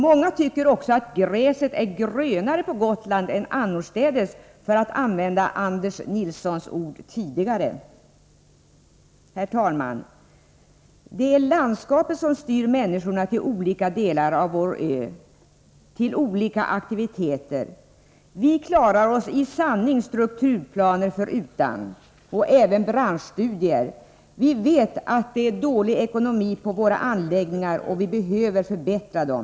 Många tycker också att gräset är grönare på Gotland än annorstädes, för att använda Anders Nilssons ord tidigare i den här debatten. Herr talman! Det är landskapet som styr människorna till olika delar av vår ö och till olika aktiviteter. Vi klarar oss i sanning strukturplaner, och även branschstudier, förutan. Vi vet att ekonomin är dålig när det gäller våra anläggningar. Vi behöver dessutom förbättra dessa.